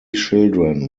children